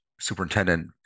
superintendent